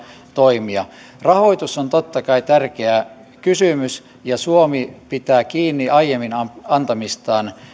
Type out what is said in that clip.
toimia rahoitus on totta kai tärkeä kysymys ja suomi pitää kiinni aiemmin antamistaan